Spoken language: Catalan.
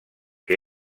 que